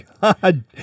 God